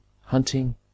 hunting